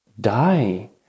die